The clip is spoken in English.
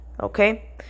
Okay